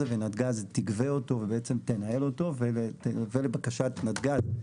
ונתגז תגברה אותו ובעצם תנהל אותו ולבקשת נתגז,